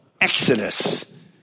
Exodus